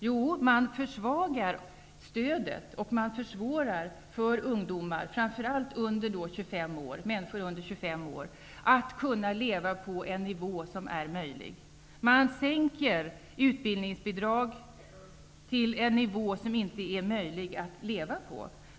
Jo, man försvagar stödet och försvårar för ungdomar, framför allt människor under 25 år, att få en möjlig nivå att leva på. Man sänker utbildningsbidraget till en nivå som inte är möjlig att leva på.